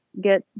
get